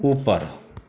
ऊपर